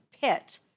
pit